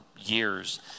years